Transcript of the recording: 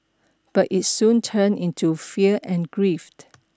but it soon turned into fear and grief